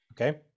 okay